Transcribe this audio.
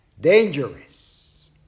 dangerous